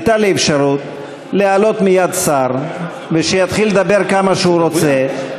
הייתה לי אפשרות להעלות מייד שר ושיתחיל לדבר כמה שהוא רוצה,